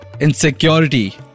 insecurity